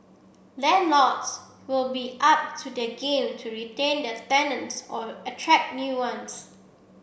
landlords will be up to their game to retain their tenants or attract new ones